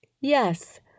Yes